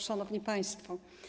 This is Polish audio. Szanowni Państwo!